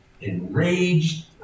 enraged